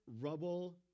rubble